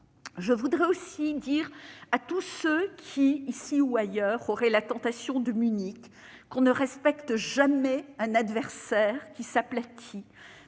Je voudrais aussi dire à tous ceux qui, ici ou ailleurs, auraient la tentation de Munich qu'on ne respecte jamais un adversaire qui s'aplatit,